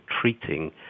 treating